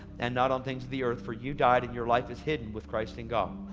and not on things of the earth, for you died and your life is hidden with christ in god.